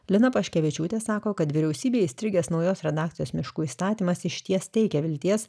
lina paškevičiūtė sako kad vyriausybėj įstrigęs naujos redakcijos miškų įstatymas išties teikia vilties